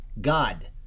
God